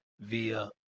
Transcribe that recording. via